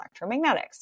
electromagnetics